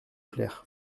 clair